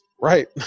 Right